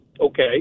Okay